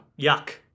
yuck